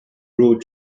road